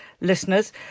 listeners